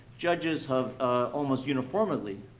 judges have almost uniformedly